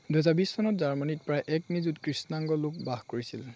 দুুহেজাৰ বিছ চনত জাৰ্মানীত প্ৰায় এক নিযুত কৃষ্ণাংগ লোক বাস কৰিছিল